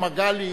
או מגלי,